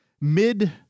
mid